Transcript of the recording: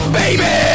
baby